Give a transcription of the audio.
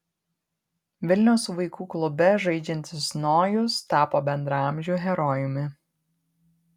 vilniaus vaikų klube žaidžiantis nojus tapo bendraamžių herojumi